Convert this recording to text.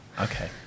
Okay